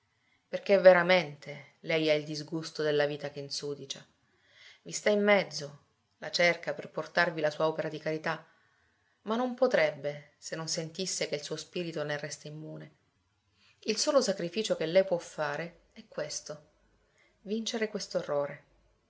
perché veramente lei ha il disgusto della vita che insudicia i sta in mezzo la cerca per portarvi la sua opera di carità ma non potrebbe se non sentisse che il suo spirito ne resta immune il solo sacrificio che lei può fare è questo vincere quest'orrore